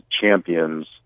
champions